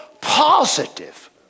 positive